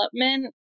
development